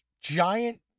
giant